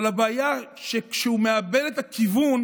הבעיה שכשהוא מאבד את הכיוון